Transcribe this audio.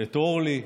את אורלי.